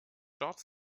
george